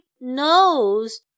nose